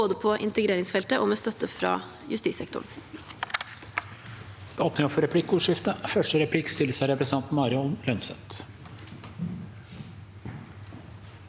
både på integreringsfeltet og med støtte fra justissektoren.